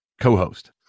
co-host